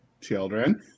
children